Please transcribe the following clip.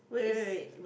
is